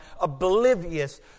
oblivious